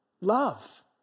love